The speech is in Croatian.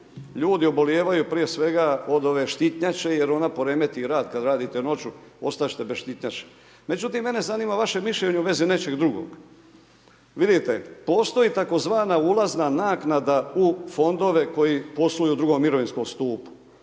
ljudi oblijevaju prije svega, od ove štitnjače, jer ona poremeti rad, kada radite noću, ostati ćete bez štitnjače. Međutim, mene zanima vaše mišljenje u vezi nečeg drugog. Vidite postoji tzv. ulazna naknada u fondove koji posluju u drugom mirovinskom stupu.